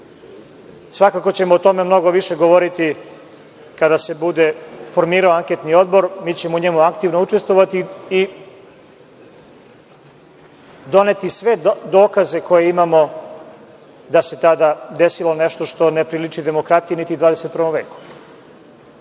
Svakako ćemo o tome mnogo više govoriti kada se bude formirao anketni odbor. Mi ćemo u njemu aktivno učestvovati i doneti sve dokaze koje imamo da se tada desilo nešto što ne priliči demokratiji, niti 21. veku.